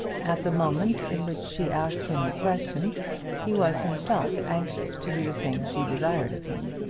at the moment in which she asked him the question he was himself anxious to do the thing she desired of him.